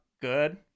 good